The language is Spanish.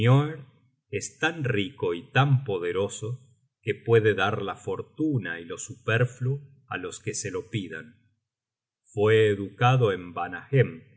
es tan rico y tan poderoso que puede dar la fortuna y lo superfluo álos que se lo pidan fue educado en vanahem